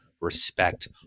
respect